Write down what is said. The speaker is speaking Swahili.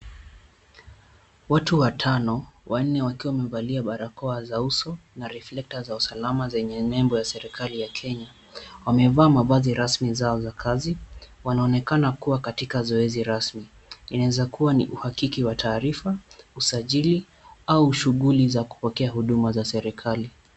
Watu watano, wanne wakiwa wamevalia barakoa za uso, na reflector za usalama zenye nembo ya serikali ya Kenya. Wamevaa mavazi rasmi zao za kazi. Wanaonekana kuwa katika zoezi rasmi. Inaweza kuwa ni uhakiki wa taarifa, usajili au shughuli za kupokea huduma za serikali.